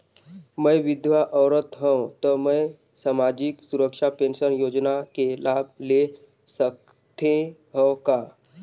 मैं विधवा औरत हवं त मै समाजिक सुरक्षा पेंशन योजना ले लाभ ले सकथे हव का?